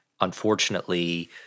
unfortunately